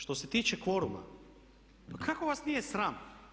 Što se tiče kvoruma, pa kako vas nije sram.